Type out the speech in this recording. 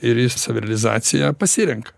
ir jis savirealizaciją pasirenka